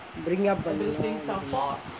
bringing up a long way